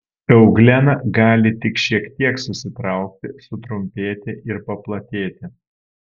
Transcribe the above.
euglena gali tik šiek tiek susitraukti sutrumpėti ir paplatėti